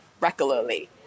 regularly